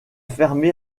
fermé